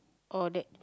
all that